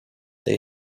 they